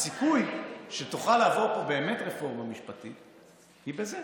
הסיכוי שתוכל לעבור פה באמת רפורמה משפטית הוא בזה.